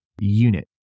unit